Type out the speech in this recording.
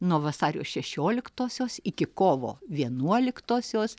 nuo vasario šešioliktosios iki kovo vienuoliktosios